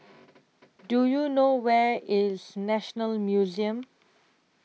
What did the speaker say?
Do YOU know Where IS National Museum